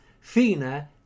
Fina